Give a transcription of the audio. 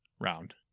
round